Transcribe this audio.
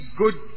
good